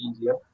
easier